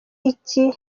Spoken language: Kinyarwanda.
iki